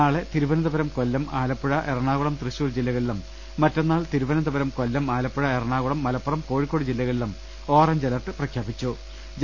നാളെ തിരുവനന്തപുരം കൊല്ലം ആലപ്പുഴ എറണാകുളം തൃശൂർ ്രജില്ലകളിലും മറ്റന്നാൾ തിരുവനന്തപുരം കൊല്ലം ആലപ്പുഴ എറണാകുളം മലപ്പുറം കോഴി ക്കോട് ജില്ലകളിലും ഓറഞ്ച് അലർട്ട് പ്രഖ്യാപിച്ചിട്ടുണ്ട്